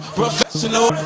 professional